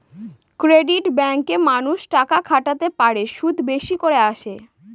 credit ব্যাঙ্কে মানুষ টাকা খাটাতে পারে, সুদ বেশি করে আসে